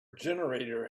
generator